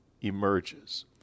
emerges